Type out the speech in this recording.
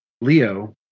Leo